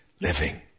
living